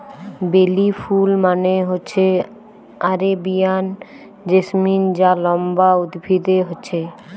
বেলি ফুল মানে হচ্ছে আরেবিয়ান জেসমিন যা লম্বা উদ্ভিদে হচ্ছে